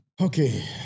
Okay